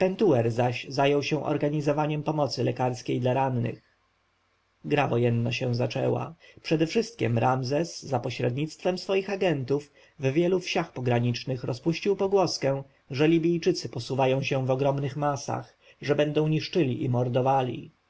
zaś zajął się organizowaniem pomocy lekarskiej dla rannych gra wojenna się zaczęła przedewszystkiem ramzes za pośrednictwem swoich ajentów w wielu wsiach pogranicznych rozpuścił pogłoskę że libijczycy posuwają się w ogromnych masach że będą niszczyli i mordowali